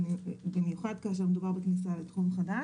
במיוחד כאשר מדובר בכניסה לתחום חדש.